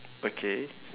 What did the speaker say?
okay